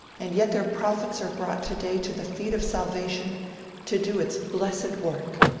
and yet their profits are brought today to the feet of salvation to do its blessed work.